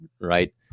right